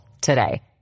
today